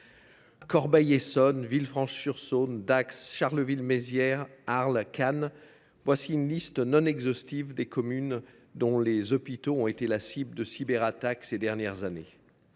Corbeil Essonnes, Villefranche sur Saône, Dax, Charleville Mézières, Arles, Cannes : voilà une liste non exhaustive de communes dont les hôpitaux ont été la cible de cyberattaques ces dernières années.